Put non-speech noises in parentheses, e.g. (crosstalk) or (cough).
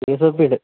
(unintelligible)